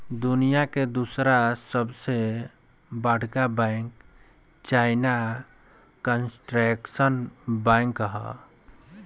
दुनिया के दूसर सबसे बड़का बैंक चाइना कंस्ट्रक्शन बैंक ह